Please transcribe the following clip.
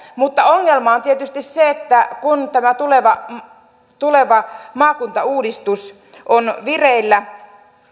mutta ongelma on tietysti se että kun tämä tuleva tuleva maakuntauudistus on vireillä